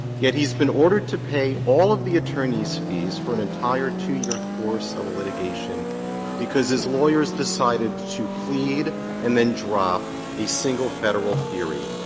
yet he's been ordered to pay all of the attorney's fees for an entire two year course of a litigation because his lawyers decided to plead and then drop a single federal theory.